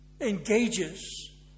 engages